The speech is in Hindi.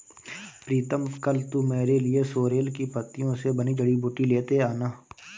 प्रीतम कल तू मेरे लिए सोरेल की पत्तियों से बनी जड़ी बूटी लेते आना